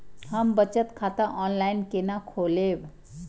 हम बचत खाता ऑनलाइन केना खोलैब?